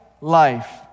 life